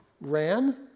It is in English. ran